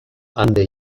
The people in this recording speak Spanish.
ande